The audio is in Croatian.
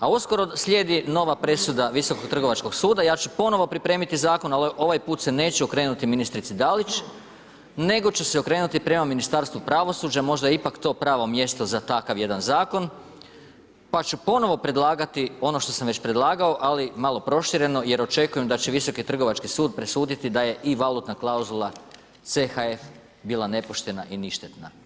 A uskoro slijedi nova presuda Visokog trgovačkog suda, ja ću ponovo pripremiti zakon, ali ovaj put se neću okrenuti ministrici Dalić, nego ću se okrenuti prema Ministarstvu pravosuđa, možda je ipak to pravo mjesto za takav jedan zakon pa ću ponovo predlagati ono što sam već predlagao, ali malo prošireno jer očekujem da će visoki trgovački sud presuditi da je i valutna klauzula CHF bila nepoštena i ništetna.